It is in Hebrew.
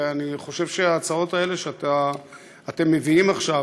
ואני חושב שההצעות האלה שאתם מביאים עכשיו,